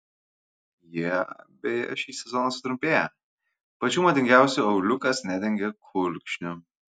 jie beje šį sezoną sutrumpėja pačių madingiausių auliukas nedengia kulkšnių